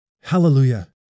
Hallelujah